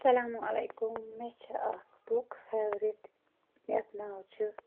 اَلسَلامُ علیکُم مےٚ چھِ اکھ بُک فیورِٹ یتھ ناو چھُ